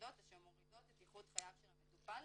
ומחרידות שמורידות את איכות חייו של המטופל